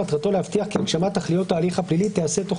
מטרתו להבטיח כי הגשמת תכליות ההליך הפלילי תיעשה תוך